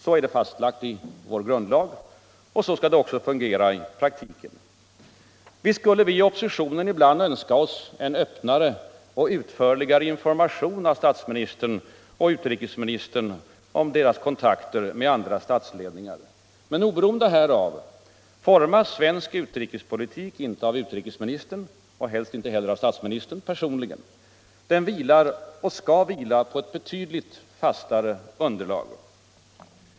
Så är det fastlagt i vår grundlag, och så skall det också fungera i praktiken. Visst skulle vi i oppositionen ibland önska oss en öppnare och utförligare information av statsministern och utrikesministern om deras kontakter med andra statsledningar, men oberoende härav formas svensk utrikespolitik inte av utrikesministern — och helst inte heller av statsministern — personligen. Den vilar och skall vila på ett betydligt fastare underlag.